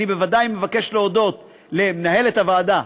אני בוודאי מבקש להודות למנהלת הוועדה,